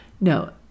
No